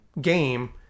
game